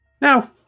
Now